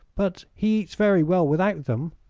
but he eats very well without them,